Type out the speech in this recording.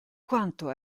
quanto